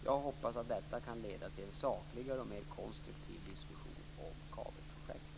Jag hoppas att detta kan leda till en sakligare och mera konstruktiv diskussion om kabelprojektet.